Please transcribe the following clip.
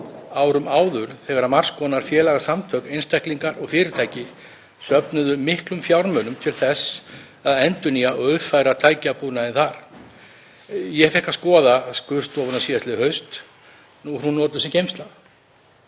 árum áður þegar margs konar félagasamtök, einstaklingar og fyrirtæki söfnuðu miklum fjármunum til þess að endurnýja og uppfæra tækjabúnaðinn þar. Ég fékk að skoða skurðstofuna síðastliðið haust. Nú er hún notuð sem geymsla